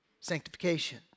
sanctification